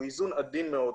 הוא איזון עדין מאוד.